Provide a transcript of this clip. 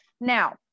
now